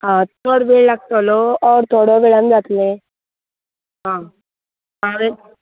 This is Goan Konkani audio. हा चड वेळ लागतलो ओर थोड्या वेळान जातले आं पाडे